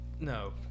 No